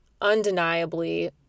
undeniably